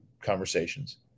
conversations